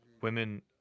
women